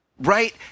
right